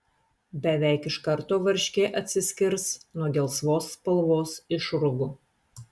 beveik iš karto varškė atsiskirs nuo gelsvos spalvos išrūgų